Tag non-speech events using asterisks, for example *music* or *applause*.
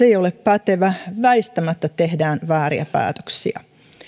*unintelligible* ei ole pätevä väistämättä tehdään vääriä päätöksiä